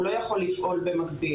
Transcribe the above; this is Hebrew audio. הוא לא יכול לפעול במקביל,